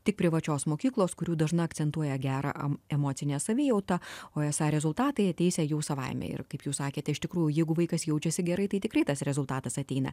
tik privačios mokyklos kurių dažna akcentuoja gerą emocinę savijautą o esą rezultatai ateisią jų savaime ir kaip jūs sakėte iš tikrųjų jeigu vaikas jaučiasi gerai tai tikrai tas rezultatas ateina